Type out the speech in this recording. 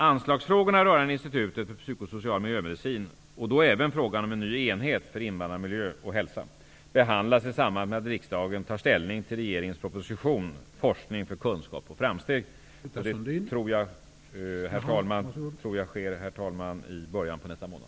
Anslagsfrågorna rörande Institutet för psykosocial miljömedicin -- och då även frågan om en ny enhet för invandrarmiljö och hälsa -- behandlas i samband med att riksdagen tar ställning till regeringens proposition 1992/93:170 Forskning för kunskap och framsteg. Detta tror jag, herr talman, sker i början av nästa månad.